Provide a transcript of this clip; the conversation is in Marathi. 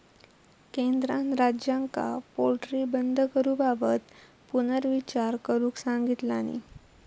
केंद्रान राज्यांका पोल्ट्री बंद करूबाबत पुनर्विचार करुक सांगितलानी